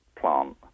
plant